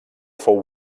fou